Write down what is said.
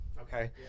okay